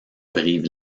brive